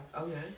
Okay